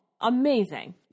Amazing